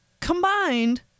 combined